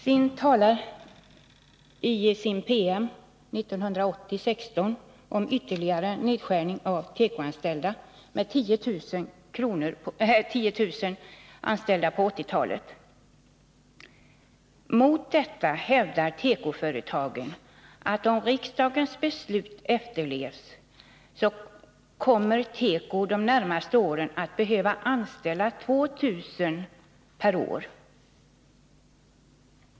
SIND talar i sin PM 1980:16 om ytterligare nedskärning av antalet tekoanställda med 10 000 på 1980-talet. Mot detta hävdar tekoföretagen att om riksdagens beslut efterlevs kommer teko de närmaste åren att behöva anställa 2 000 per år.